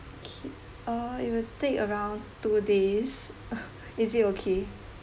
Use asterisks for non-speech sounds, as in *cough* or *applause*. okay uh it will take around two days uh *breath* is it okay